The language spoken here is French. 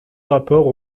rapports